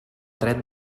dret